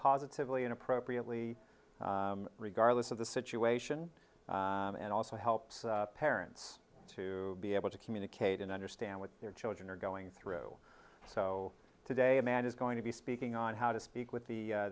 positively and appropriately regardless of the situation and also help parents to be able to communicate and understand what their children are going through so today a man is going to be speaking on how to speak with the